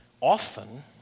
Often